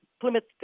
Plymouth